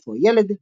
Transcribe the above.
איפה הילד?,